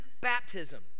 baptism